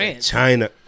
China